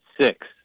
six